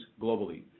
globally